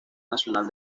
nacional